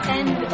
end